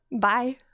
Bye